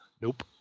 Nope